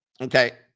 Okay